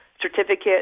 certificate